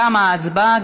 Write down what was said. תמה ההצבעה.